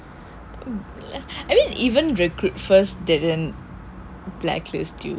I mean even recruit first didn't blacklist you